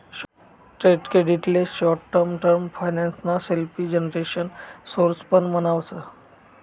trade credit ले short term finance ना self generation source पण म्हणावस